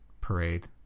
parade